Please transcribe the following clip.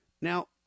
Now